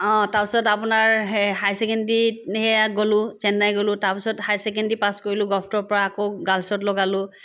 তাৰপিছত আপোনাৰ এই হাই ছেকেণ্ডেৰীত সেয়া গ'লো চেন্নাই গ'লো তাৰপিছত হাই ছেকেণ্ডেৰী পাছ কৰিলো গভটৰ পৰা আকৌ গাৰ্লছত লগালো